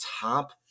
top